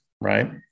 right